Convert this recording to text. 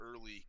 early